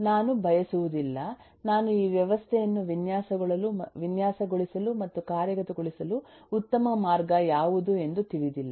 ನಾನು ಬಯಸುವುದಿಲ್ಲ ನಾನು ಈ ವ್ಯವಸ್ಥೆಯನ್ನು ವಿನ್ಯಾಸಗೊಳಿಸಲು ಮತ್ತು ಕಾರ್ಯಗತಗೊಳಿಸಲು ಉತ್ತಮ ಮಾರ್ಗ ಯಾವುದು ಎಂದು ತಿಳಿದಿಲ್ಲ